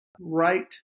right